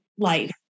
life